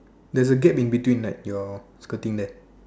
there's a gap in between right your skirting there